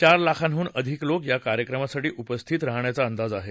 चार लाखांडून अधिक लोक या कार्यक्रमासाठी उपस्थित राहण्याचा अंदाज आहे